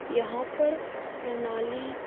यहाँ पर प्रणाली